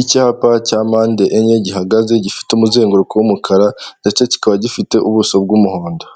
Icyapa cya mande enye gihagaze gifite umuzanguruko w'umukara ndetse kikaba gifite ubuso bw'umuhondo.